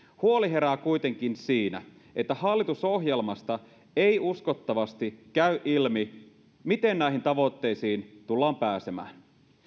huoli herää kuitenkin siinä että hallitusohjelmasta ei uskottavasti käy ilmi miten näihin tavoitteisiin tullaan pääsemään